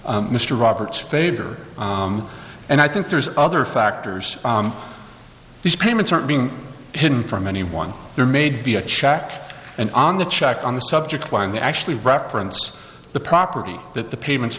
mr roberts favor and i think there's other factors these payments aren't being hidden from anyone there may be a check and on the check on the subject line they actually reference the property that the payments